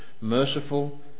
merciful